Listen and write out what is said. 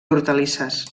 hortalisses